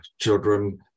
children